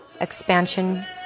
expansion